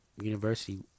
University